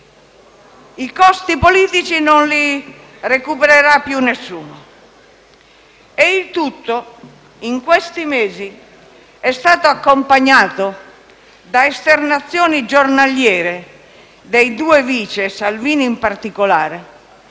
I costi politici non li recupererà più nessuno e il tutto in questi mesi è stato accompagnato da esternazioni giornaliere dei due vice, Salvini in particolare,